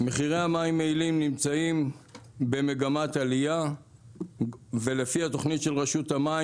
מחירי המים מיליאים נמצאים במגמת עלייה ולפי התוכנית של רשות המים,